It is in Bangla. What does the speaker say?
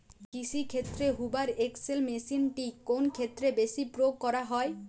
কৃষিক্ষেত্রে হুভার এক্স.এল মেশিনটি কোন ক্ষেত্রে বেশি প্রয়োগ করা হয়?